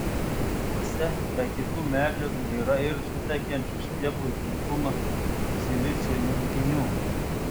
stiebuose be kitų medžiagų yra ir suteikiančių stiebui tvirtumą silicio junginių